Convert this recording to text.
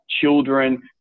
children